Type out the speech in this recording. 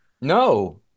no